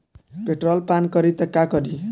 Petrol पान करी त का करी?